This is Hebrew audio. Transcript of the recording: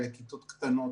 אלה כיתות קטנות.